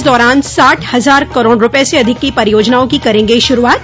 इस दौरान साठ हजार करोड़ रूपये से अधिक की परियाजनाओं की करेंगे श्र रूआत